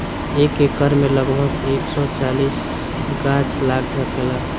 एक एकड़ में लगभग एक सौ चालीस गाछ लाग सकेला